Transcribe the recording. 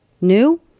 New